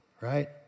right